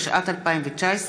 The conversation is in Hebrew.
התשע"ט 2019,